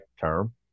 term